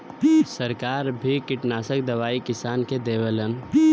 सरकार भी किटनासक दवाई किसान के देवलन